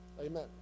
Amen